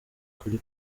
kuri